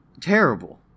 Terrible